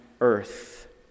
earth